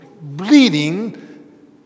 bleeding